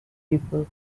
people